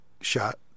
shot